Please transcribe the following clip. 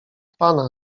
pana